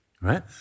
right